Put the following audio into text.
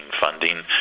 funding